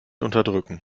unterdrücken